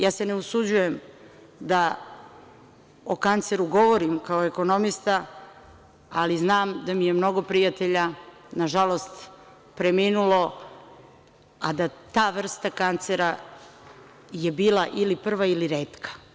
Ja se ne usuđujem da o kanceru govorim kao ekonomista, ali znam da mi je mnogo prijatelja, nažalost, preminulo a da ta vrsta kancera je bila ili prva ili retka.